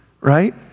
right